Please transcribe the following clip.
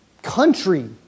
Country